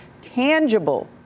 tangible